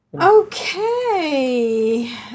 okay